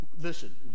listen